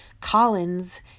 Collins